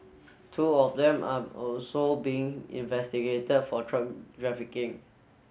two of them are also being investigated for truck trafficking